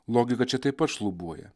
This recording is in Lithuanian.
logika čia taip pat šlubuoja